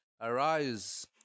arise